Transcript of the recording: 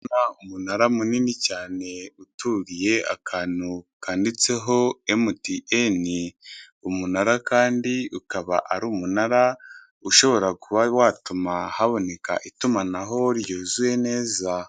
Ndikubona umunara munini cyane, uturiye akantu kanditseho emutiyeni, umunara kandi ukaba ari umunara ushobora kuba watuma haboneka itumanaho ryuzuye neza.